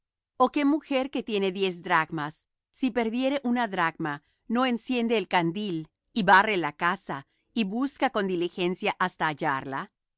o qué mujer que tiene diez dracmas si perdiere una dracma no enciende el candil y barre la casa y busca con diligencia hasta